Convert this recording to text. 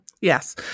Yes